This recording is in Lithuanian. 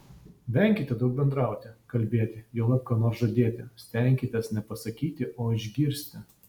venkite daug bendrauti kalbėti juolab ką nors žadėti stenkitės ne pasakyti o išgirsti